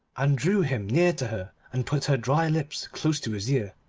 and drew him near to her and put her dry lips close to his ear.